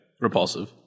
Repulsive